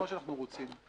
מה שאנחנו רוצים.